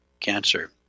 Cancer